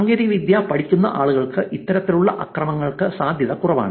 സാങ്കേതികവിദ്യ പഠിക്കുന്ന ആളുകൾക്ക് ഇത്തരത്തിലുള്ള ആക്രമണങ്ങൾക്ക് സാധ്യത കുറവാണ്